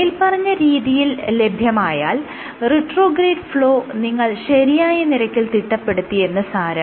മേല്പറഞ്ഞ രീതിയിൽ ലഭ്യമായാൽ റിട്രോഗ്രേഡ് ഫ്ലോ നിങ്ങൾ ശരിയായ നിരക്കിൽ തിട്ടപ്പെടുത്തി എന്ന് സാരം